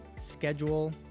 schedule